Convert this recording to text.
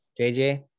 JJ